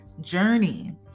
journey